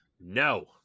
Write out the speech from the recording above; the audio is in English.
No